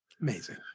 Amazing